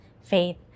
faith